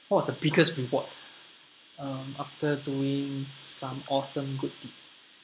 what was the biggest reward um after doing some awesome good deed